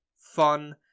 fun